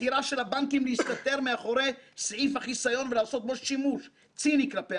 הבחירה של הבנקים להסתתר מאחורי סעיף החיסיון ולעשות בו שימוש ציני כלפי